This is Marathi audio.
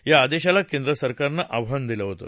त्या आदेशाला केंद्र सरकारनं आव्हान दिलं होतं